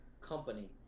Company